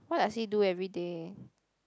what does he do everyday